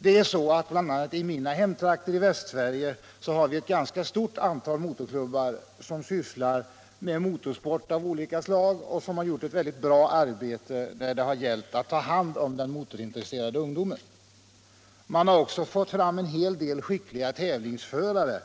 Det finns bl.a. i mina hemtrakter i Västsverige ett ganska stort antal motorklubbar som sysslar med motorsport av olika slag och som har gjort ett bra arbete när det gällt att ta hand om den motorintresserade ungdomen. Man har också fått fram skickliga tävlingsförare,